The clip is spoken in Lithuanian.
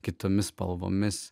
kitomis spalvomis